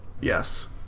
Yes